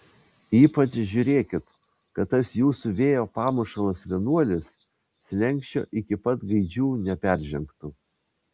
ypač žiūrėkit kad tas jūsų vėjo pamušalas vienuolis slenksčio iki pat gaidžių neperžengtų